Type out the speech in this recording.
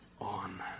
on